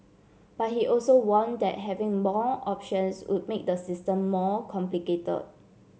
but he also warned that having more options would make the system more complicated